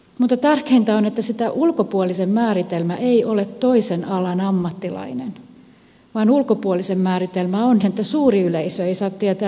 mutta tärkeintä on että se ulkopuolisen määritelmä ei ole toisen alan ammattilainen vaan ulkopuolisen määritelmä on että suuri yleisö ei saa tietää yksityisiä tietoja